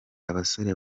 abasore